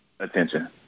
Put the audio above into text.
attention